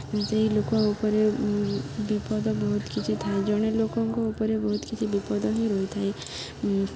ସେହି ଲୋକ ଉପରେ ବିପଦ ବହୁତ କିଛି ଥାଏ ଜଣେ ଲୋକଙ୍କ ଉପରେ ବହୁତ କିଛି ବିପଦ ହିଁ ରହିଥାଏ